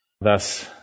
Thus